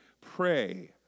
pray